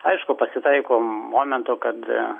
aišku pasitaiko momentų kad